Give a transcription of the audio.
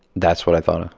that's what i thought ah